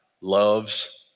loves